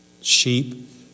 sheep